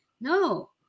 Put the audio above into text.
no